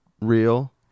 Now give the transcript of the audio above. real